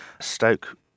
stoke